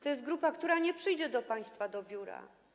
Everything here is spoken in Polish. To jest grupa, która nie przyjdzie do państwa do biura.